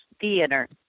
theater